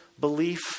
Belief